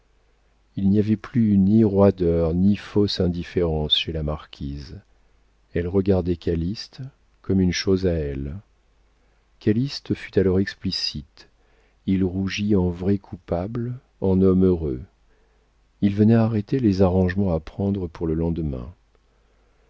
il n'y avait plus ni roideur ni fausse indifférence chez la marquise elle regardait calyste comme une chose à elle calyste fut alors explicite il rougit en vrai coupable en homme heureux il venait arrêter les arrangements à prendre pour le lendemain